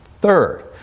Third